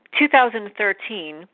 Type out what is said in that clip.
2013